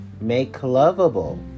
make-lovable